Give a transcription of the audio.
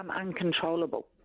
uncontrollable